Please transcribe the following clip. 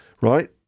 right